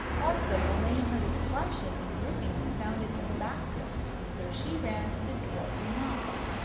also elaine heard a splashing and dripping that sounded in the bath-room. so she ran to the door and knocked.